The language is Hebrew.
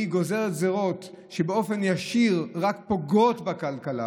היא גוזרת גזרות שבאופן ישיר רק פוגעות בכלכלה